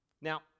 Now